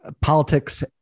politics